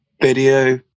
video